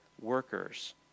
workers